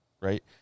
right